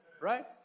Right